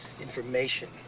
Information